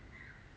很像